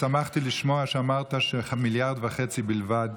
שמחתי לשמוע שאמרת ש-1.5 מיליארד בלבד